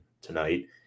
tonight